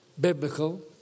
biblical